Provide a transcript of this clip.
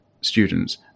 students